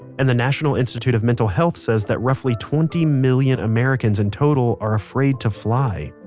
and the national institute of mental health says that roughly twenty million americans in total are afraid to fly!